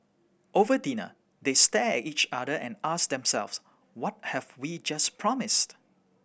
over dinner they stared at each other and asked themselves what have we just promised